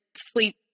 sleep